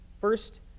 First